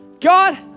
God